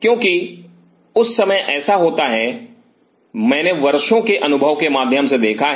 क्योंकि उस समय ऐसा होता है मैंने Refer Time 1811 वर्षों के अनुभव के माध्यम से देखा है